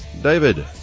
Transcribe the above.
David